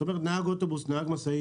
זאת אומרת, נהג אוטובוס, נהג משאית,